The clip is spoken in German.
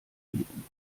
bieten